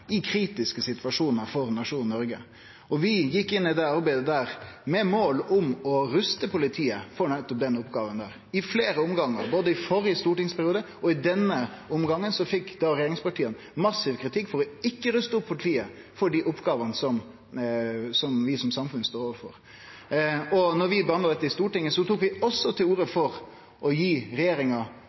i kritiske situasjonar for nasjonen Noreg. Vi gjekk inn i det arbeidet med mål om å ruste politiet for nettopp den oppgåva, i fleire omgangar. Både i førre stortingsperiode og i denne omgangen fekk regjeringspartia massiv kritikk for ikkje å ruste politiet for dei oppgåvene vi som samfunn står overfor. Da vi behandla dette i Stortinget, tok vi også til orde for å gi regjeringa